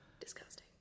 Disgusting